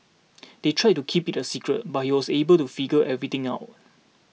they tried to keep it a secret but he was able to figure everything out